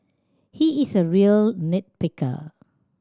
he is a real nit picker